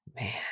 man